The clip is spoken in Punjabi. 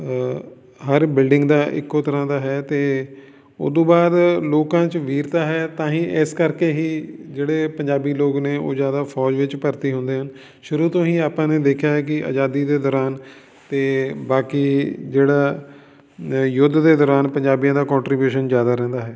ਹਰ ਬਿਲਡਿੰਗ ਦਾ ਇੱਕੋ ਤਰ੍ਹਾਂ ਦਾ ਹੈ ਅਤੇ ਉਹ ਤੋਂ ਬਾਅਦ ਲੋਕਾਂ 'ਚ ਵੀਰਤਾ ਹੈ ਤਾਂ ਹੀ ਇਸ ਕਰਕੇ ਹੀ ਜਿਹੜੇ ਪੰਜਾਬੀ ਲੋਕ ਨੇ ਉਹ ਜ਼ਿਆਦਾ ਫੌਜ ਵਿੱਚ ਭਰਤੀ ਹੁੰਦੇ ਹਨ ਸ਼ੁਰੂ ਤੋਂ ਹੀ ਆਪਾਂ ਨੇ ਦੇਖਿਆ ਹੈ ਕਿ ਆਜ਼ਾਦੀ ਦੇ ਦੌਰਾਨ ਅਤੇ ਬਾਕੀ ਜਿਹੜਾ ਯੁੱਧ ਦੇ ਦੌਰਾਨ ਪੰਜਾਬੀਆਂ ਦਾ ਕੋਂਟਰੀਬਿਊਸ਼ਨ ਜ਼ਿਆਦਾ ਰਹਿੰਦਾ ਹੈ